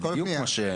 בתיאוריה זה יכול.